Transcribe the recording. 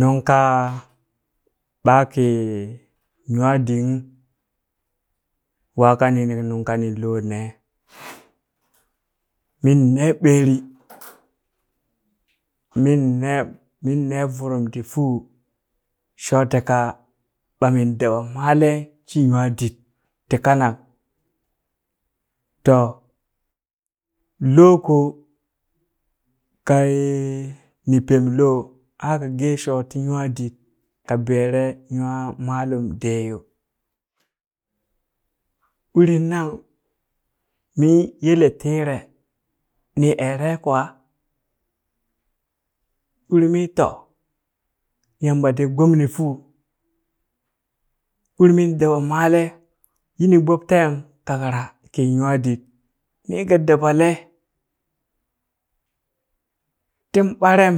Nungka ɓakii nywaadikung waakan nung ka ninloo nee, min nee ɓeeri min nee min nee vurum ti fuu shoti ka ɓa min daba maale shi nywaadit ti kanak, to lookoo kayee ni peme loo aa ka geeshoo ti nywaaddit ka beere nywaa maalum dee yo, urin nang mii yele tire ni eree kwa uri mi to yamba ti gbomni fuu uri min daba maalee yini gbob teen kakra kii nywaadid min ka dabalee tin ɓarem